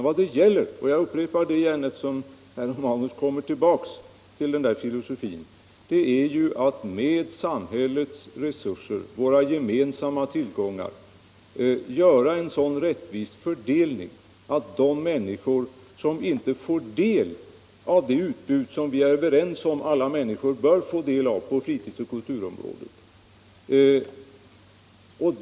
Vad det gäller — jag upprepar det igen, eftersom herr Romanus kommer tillbaka till den där filosofin — är att med samhällets resurser, våra gemensamma tillgångar, göra en sådan rättvis fördelning att de människor som inte får del av det utbud som vi är överens om att alla människor bör få del av på fritidsoch kulturområdet får del därav.